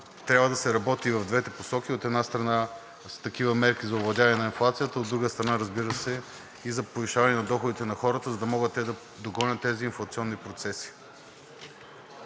трябва да се работи в двете посоки. От една страна, с такива мерки за овладяване на инфлацията, от друга страна, разбира се, и за повишаване на доходите на хората, за да могат те да догонят тези инфлационни процеси.